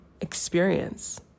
experience